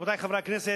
רבותי חברי הכנסת,